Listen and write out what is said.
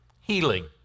healing